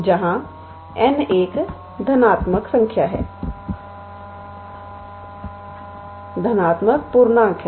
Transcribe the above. जहां n धनात्मक पूर्णांक है